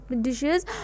dishes